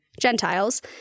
Gentiles